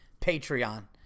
Patreon